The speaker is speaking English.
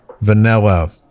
vanilla